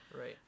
Right